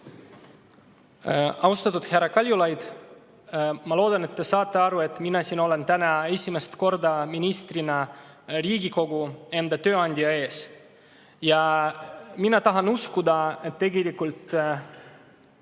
Austatud härra Kaljulaid! Ma loodan, et te saate aru, et mina olen siin täna esimest korda ministrina Riigikogu, enda tööandja ees. Ja mina tahan uskuda, et tegelikult